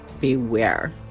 beware